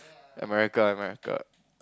America ah America